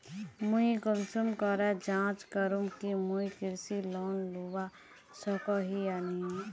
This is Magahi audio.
मुई कुंसम करे जाँच करूम की मुई कृषि लोन लुबा सकोहो ही या नी?